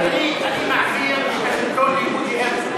אדוני, אני מעביר את השלטון לבוז'י הרצוג.